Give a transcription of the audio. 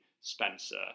Spencer